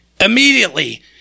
Immediately